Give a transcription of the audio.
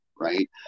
right